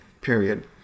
period